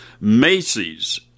Macy's